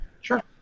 Sure